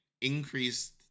increased